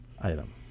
item